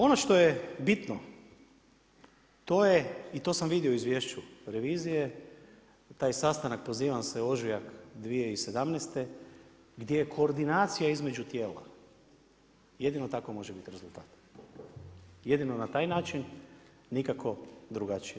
Ono što je bitno i to sam vidio u izvješću revizije, taj sastanak pozivam se ožujak 2017. gdje je koordinacija između tijela, jedino tako može biti rezultat, jedino na taj način nikako drugačije.